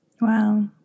Wow